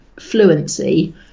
fluency